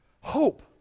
Hope